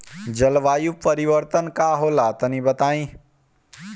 जलवायु परिवर्तन का होला तनी बताई?